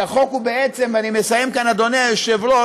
כי החוק, ואני מסיים כאן, אדוני היושב-ראש,